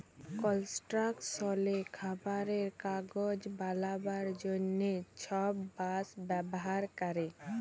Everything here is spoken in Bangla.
কলস্ট্রাকশলে, খাবারে, কাগজ বালাবার জ্যনহে ছব বাঁশ ব্যাভার ক্যরে